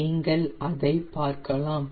நீங்கள் அதை பார்க்கலாம்